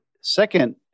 second